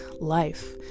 life